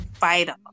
vital